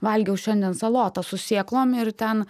valgiau šiandien salotas su sėklom ir ten